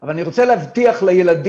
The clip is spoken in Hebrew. אבל אני רוצה להבטיח לילדים,